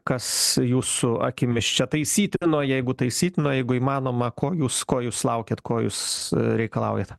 kas jūsų akimis čia taisytino jeigu taisytino jeigu įmanoma ko jūs ko jūs laukiat ko jūs e reikalaujate